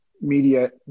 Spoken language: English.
media